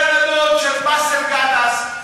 בן דוד של באסל גטאס,